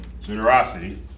generosity